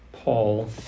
Paul